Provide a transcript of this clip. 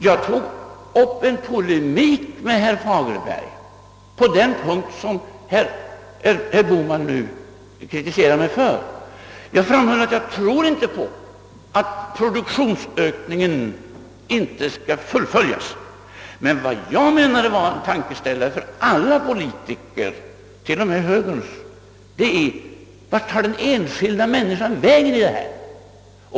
Jag tog upp en polemik med herr Fagerberg på den punkt som herr Bohman nu kritiserade mig för. Jag framhöll att jag inte tror på att produktionsökningen inte skall fullföljas. Men vad jag menade var en tankeställare för alla politiker — t.o.m., för högerns — det är: Vart tar den enskilda människan vägen i detta?